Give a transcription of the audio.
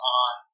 on